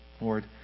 Lord